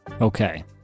Okay